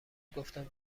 گفتم